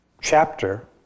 chapter